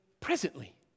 presently